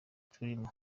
turimo